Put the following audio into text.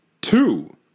two